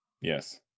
Yes